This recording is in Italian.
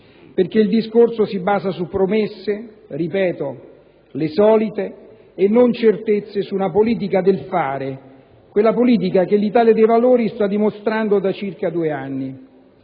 perché il discorso si basa su promesse - ripeto: le solite promesse - e non sulla certezza di una politica del fare, che è quella politica che l'Italia dei Valori sta dimostrando da circa due anni.